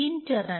तीन चरण